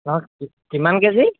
অঁ কিমান কেজি